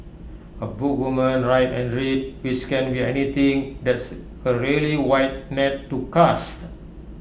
A book woman write and read which can be anything that's A really wide net to cast